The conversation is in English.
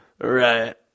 right